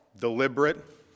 deliberate